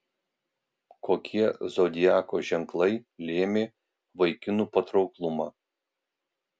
kokie zodiako ženklai lėmė vaikinų patrauklumą